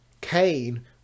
Cain